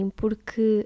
porque